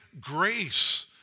grace